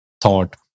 thought